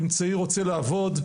אם צעיר רוצה לעבוד,